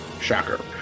shocker